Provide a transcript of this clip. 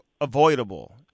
avoidable